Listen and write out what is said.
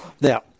Now